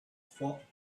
trois